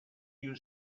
you